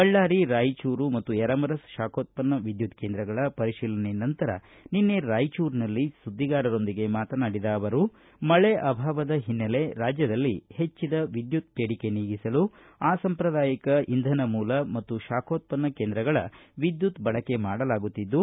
ಬಳ್ಳಾರಿ ರಾಯಚೂರು ಮತ್ತು ಯರಮರಸ್ ಶಾಖೋತ್ಪನ್ನ ವಿದ್ಯುತ್ ಕೇಂದ್ರಗಳ ಪರಿಶೀಲನೆ ನಂತರ ನಿನ್ನೆ ರಾಯಚೂರಿನಲ್ಲಿ ಸುದ್ದಿಗಾರರೊಂದಿಗೆ ಮಾತನಾಡಿದ ಅವರು ಮಳೆ ಅಭಾವದ ಹಿನ್ನೆಲೆ ರಾಜ್ಯದಲ್ಲಿ ಹೆಚ್ಚಿದ ವಿದ್ಯುತ್ ಬೇಡಿಕೆ ನೀಗಿಸಲು ಅಸಂಪ್ರದಾಯಿಕ ಇಂಧನ ಮೂಲ ಮತ್ತು ಶಾಖೋತ್ಪನ್ನ ಕೇಂದ್ರಗಳ ವಿದ್ಯುತ್ ಬಳಕೆ ಮಾಡಲಾಗುತ್ತಿದ್ದು